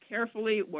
carefully